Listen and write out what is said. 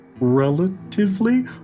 Relatively